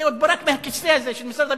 את אהוד ברק, מהכיסא הזה של משרד הביטחון.